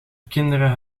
kinderen